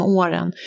åren